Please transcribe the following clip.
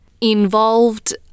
involved